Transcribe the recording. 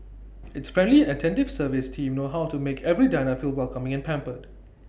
its friendly and attentive service team know how to make every diner feel welcoming and pampered